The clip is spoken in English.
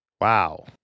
Wow